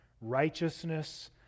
righteousness